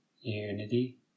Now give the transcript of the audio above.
unity